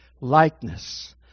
likeness